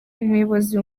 umuyobozi